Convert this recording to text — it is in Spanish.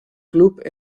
club